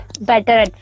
better